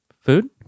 Food